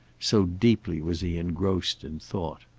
so deeply was he engrossed in thought.